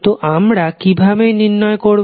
তো আমরা কিভাবে নির্ণয় করবো